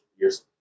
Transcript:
years